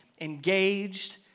engaged